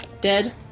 dead